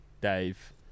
Dave